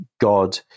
god